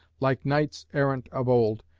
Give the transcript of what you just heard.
like knights-errant of old,